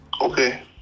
okay